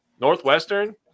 Northwestern